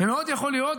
מאוד יכול להיות.